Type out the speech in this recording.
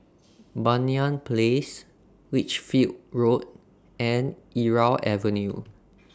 Banyan Place Lichfield Road and Irau Avenue